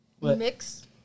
Mix